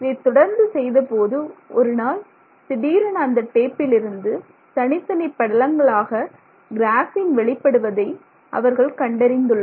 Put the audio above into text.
இதைத் தொடர்ந்து செய்தபோது ஒருநாள் திடீரென அந்த டேப்பிலிருந்து தனித்தனி படலங்களாக கிராஃபீன் வெளிப்படுவதை அவர்கள் கண்டறிந்துள்ளனர்